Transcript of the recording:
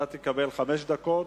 אתה תקבל חמש דקות.